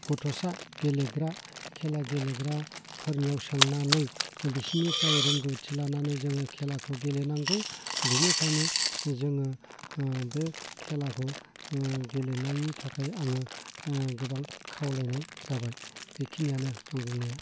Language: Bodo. गथ'सा गेलेग्रा खेला गेलेग्राफोरनियाव सोंनानै बिसोरनिफ्राय रोंगौथि लानानै जोङो खेलाखौ गेलेनांगौ बेनिखायनो जोङो बे खेलाखौ गेलेनायनि थाखाय आङो गोबां खावलायनाय जाबाय बेखिनियानो आं बुंनाया